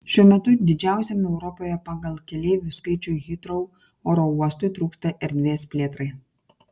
šiuo metu didžiausiam europoje pagal keleivių skaičių hitrou oro uostui trūksta erdvės plėtrai